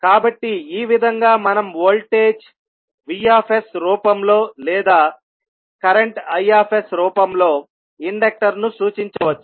కాబట్టి ఈ విధంగా మనం వోల్టేజ్ V రూపంలో లేదా కరెంట్ I రూపంలో ఇండక్టర్ను సూచించవచ్చు